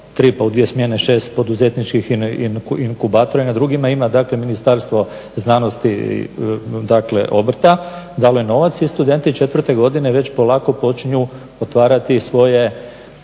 pa u dvije smjene šest poduzetničkih inkubatora i na drugima ima Ministarstvo znanosti, obrta dalo je novac i studenti četvrte godine već polako počinju otvarati svoje